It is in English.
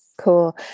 cool